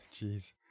Jeez